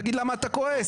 תגיד "למה אתה כועס".